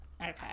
okay